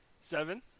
Seven